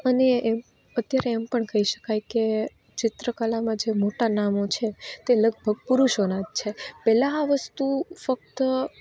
અને એમ અત્યારે એમ પણ કહી શકાય કે ચિત્રકલામાં જે મોટા નામો છે તે લગભગ પુરુષોના જ છે પહેલાં આ વસ્તુ ફક્ત